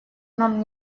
нам